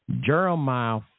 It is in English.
Jeremiah